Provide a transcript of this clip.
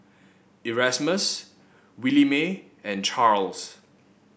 Erasmus Williemae and Charls